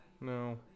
No